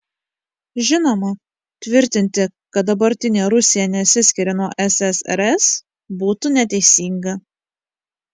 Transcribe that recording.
žinoma tvirtinti kad dabartinė rusija nesiskiria nuo ssrs būtų neteisinga